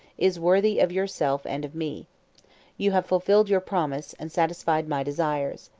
is worthy of yourself and of me you have fulfilled your promise, and satisfied my desires.